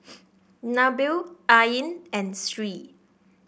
Nabil Ain and Sri